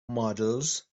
models